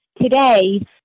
today